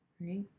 right